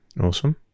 Awesome